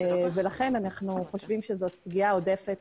לכן אנו חושבים שזו פגיעה עודפת